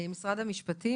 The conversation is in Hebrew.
משרד המשפטים,